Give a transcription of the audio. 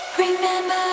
Remember